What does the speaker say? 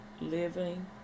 living